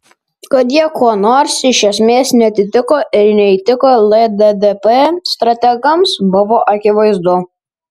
kad jie kuo nors iš esmės neatitiko ir neįtiko lddp strategams buvo akivaizdu